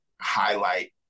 Highlight